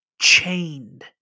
chained